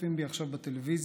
שצופים בי עכשיו בטלוויזיה,